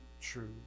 true